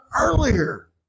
earlier